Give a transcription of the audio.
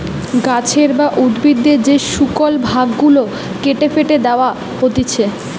গাছের বা উদ্ভিদের যে শুকল ভাগ গুলা কেটে ফেটে দেয়া হতিছে